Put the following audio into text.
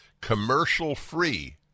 commercial-free